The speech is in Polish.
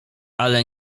ale